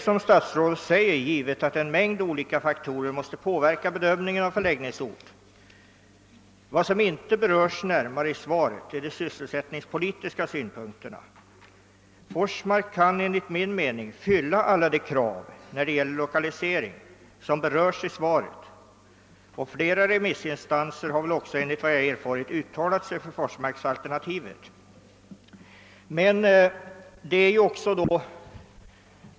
Som statsrådet säger måste självfallet olika faktorer påverka bedömningen av förläggningsort, men en sak som inte beröres närmare i svaret är de sysselsättningspolitiska synpunkterna. Enligt min mening fyller Forsmark alla de krav på lokaliseringsort som nämnes i svaret, och flera remissinstanser har också enligt vad jag erfarit uttalat sig för Forsmarksalternativet.